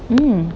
mm